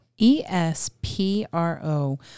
E-S-P-R-O